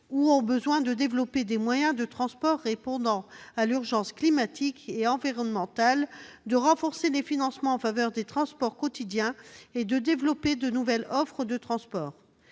ou ont besoin de développer des moyens de transport répondant à l'urgence climatique et environnementale, de renforcer les financements en faveur des transports quotidiens et de développer de nouvelles offres de transport.